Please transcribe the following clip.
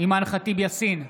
אימאן ח'טיב יאסין,